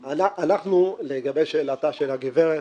לגבי שאלתה של הגברת,